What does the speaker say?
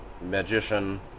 magician